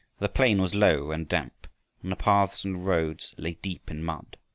the plain was low and damp and the paths and roads lay deep in mud.